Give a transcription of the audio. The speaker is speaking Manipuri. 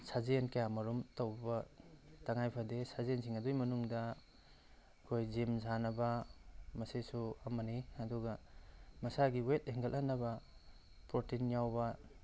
ꯁꯥꯖꯦꯜ ꯀꯌꯥꯃꯔꯨꯝ ꯇꯧꯕ ꯇꯉꯥꯏ ꯐꯗꯦ ꯁꯥꯖꯦꯜꯁꯤꯡ ꯑꯗꯨꯒꯤ ꯃꯅꯨꯡꯗ ꯑꯩꯈꯣꯏ ꯖꯤꯝ ꯁꯥꯟꯅꯕ ꯃꯁꯤꯁꯨ ꯑꯃꯅꯤ ꯑꯗꯨꯒ ꯃꯁꯥꯒꯤ ꯋꯦꯠ ꯍꯦꯟꯀꯠꯍꯟꯅꯕ ꯄ꯭ꯔꯣꯇꯤꯟ ꯌꯥꯎꯕ